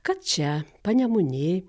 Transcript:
kad čia panemunėj